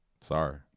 sorry